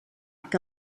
que